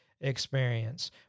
Experience